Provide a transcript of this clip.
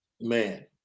man